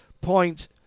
point